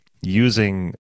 using